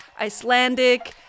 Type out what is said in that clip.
Icelandic